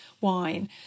wine